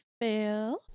fail